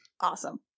Awesome